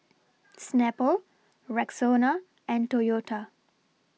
Snapple Rexona and Toyota